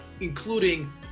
including